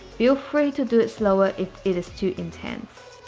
feel free to do it slower if it is too intense